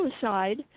suicide